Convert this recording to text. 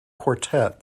quartet